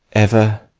ever,